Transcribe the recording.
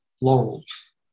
laurels